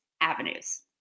avenues